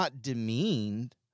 demeaned